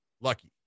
lucky